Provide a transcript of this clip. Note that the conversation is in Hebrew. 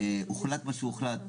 הוחלט מה שהוחלט.